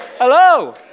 Hello